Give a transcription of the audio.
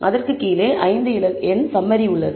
அதற்கு கீழே 5 எண் சம்மரி உள்ளது